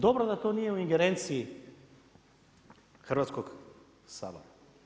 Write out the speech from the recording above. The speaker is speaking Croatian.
Dobro da to nije u ingerenciji Hrvatskog sabora.